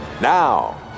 Now